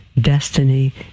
destiny